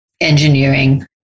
engineering